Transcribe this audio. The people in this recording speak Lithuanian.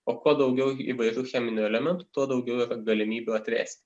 o kuo daugiau įvairių cheminių elementų tuo daugiau yra galimybių atvėsti